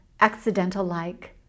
accidental-like